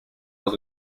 los